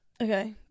okay